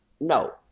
No